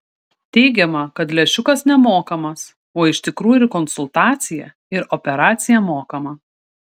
teigiama kad lęšiukas nemokamas o iš tikrųjų ir konsultacija ir operacija mokama